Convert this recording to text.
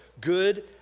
Good